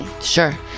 Sure